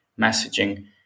messaging